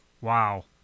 Wow